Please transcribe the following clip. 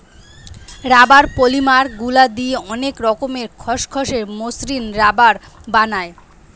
rubber polymer গুলা দিয়ে অনেক রকমের খসখসে, মসৃণ রাবার বানায়